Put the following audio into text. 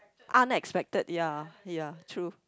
unexpected ya ya true